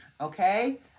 Okay